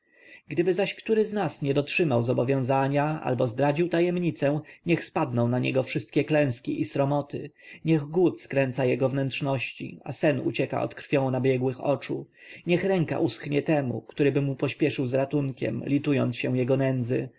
gdyby który z nas nie dotrzymał zobowiązania albo zdradził tajemnicę niech spadną na niego wszystkie klęski i sromoty niech głód skręca jego wnętrzności a sen ucieka od krwią nabiegłych oczu niech ręka uschnie temu któryby mu pośpieszył z ratunkiem litując się jego nędzy